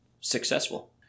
successful